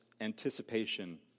anticipation